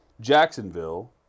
Jacksonville